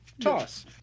Toss